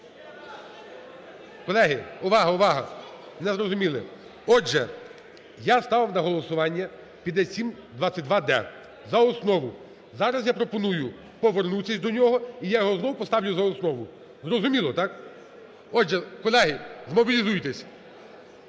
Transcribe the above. Колеги, увага, увага, не зрозуміли. Отже, я ставив на голосування 5722-д за основу. Зараз я пропоную повернутися до нього і я його знову поставлю за основу. Зрозуміло, так? Отже, колеги, змобілізуйтеся.